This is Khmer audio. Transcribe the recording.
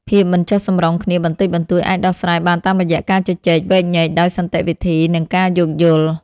ភាពមិនចុះសម្រុងគ្នាបន្តិចបន្តួចអាចដោះស្រាយបានតាមរយៈការជជែកវែកញែកដោយសន្តិវិធី និងការយោគយល់។